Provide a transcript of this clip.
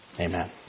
amen